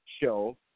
show